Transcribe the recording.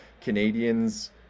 Canadians